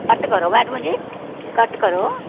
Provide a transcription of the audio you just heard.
घट्ट करो मैडम जी घट्ट करो अच्छा